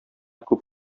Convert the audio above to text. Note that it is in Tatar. күп